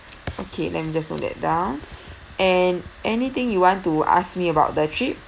okay then me just note that down and anything you want to ask me about the trip